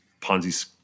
Ponzi